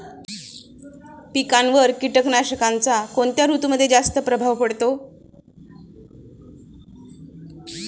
पिकांवर कीटकनाशकांचा कोणत्या ऋतूमध्ये जास्त प्रभाव पडतो?